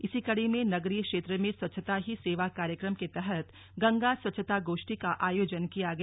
इसी कड़ी में नगरीय क्षेत्र में स्वच्छता ही सेवा कार्यक्रम के तहत गंगा स्वच्छता गोष्ठी का आयोजन किया गया